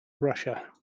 russia